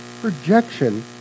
projection